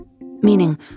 meaning